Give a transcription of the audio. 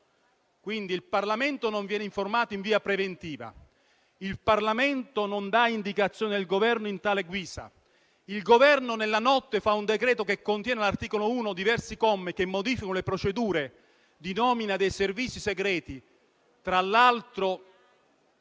Quindi il Parlamento non viene informato in via preventiva; il Parlamento non dà indicazioni di tal guisa al Governo ma il Governo, nella notte, scrive un decreto che contiene, all'articolo 1, diversi commi che modificano le procedure di nomina dei servizi segreti, tra l'altro